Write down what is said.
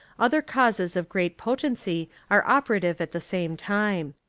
other causes of great potency are operative at the same time.